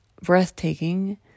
breathtaking